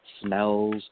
smells